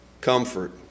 comfort